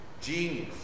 genius